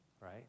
right